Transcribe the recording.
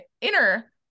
inner